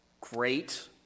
great